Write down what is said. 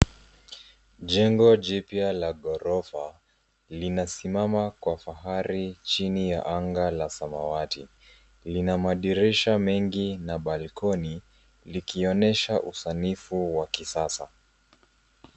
Jengo jipya la ghorofa linasimama kwa fahari chini ya anga la samawati. Lina madirisha mengi na balkoni likionyesha usanifu wa kisasa.